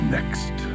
Next